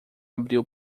abriu